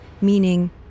meaning